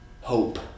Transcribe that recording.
hope